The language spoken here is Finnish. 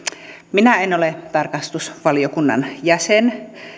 minä en ole tarkastusvaliokunnan jäsen